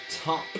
top